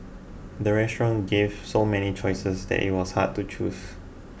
the restaurant gave so many choices that it was hard to choose